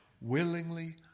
willingly